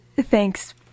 Thanks